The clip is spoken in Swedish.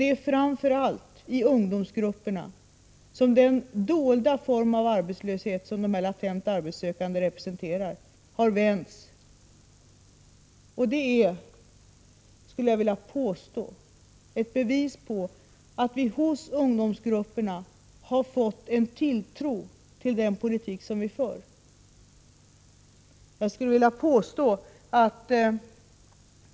Det är framför allt i ungdomsgrupperna som den dolda form av arbetslöshet som dessa latent arbetssökande representerar har minskat. Det är ett bevis på att ungdomsgrupperna har fått en tilltro till den politik som denna regering för.